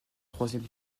troisième